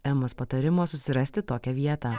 emos patarimo susirasti tokią vietą